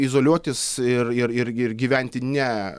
izoliuotis ir ir ir ir gyventi ne